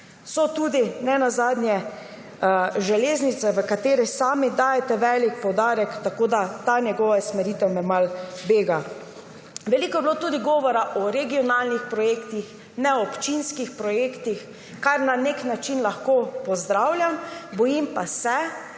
so tudi ne nazadnje železnice, na katere sami dajete velik poudarek. Tako da me ta njegova usmeritev malo bega. Veliko je bilo tudi govora o regionalnih projektih, ne občinskih projektih, kar na nek način lahko pozdravljam, bojim pa se,